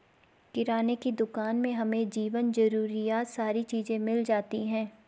किराने की दुकान में हमें जीवन जरूरियात सारी चीज़े मिल जाती है